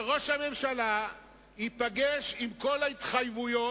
ראש הממשלה ייפגש עם כל ההתחייבויות